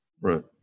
right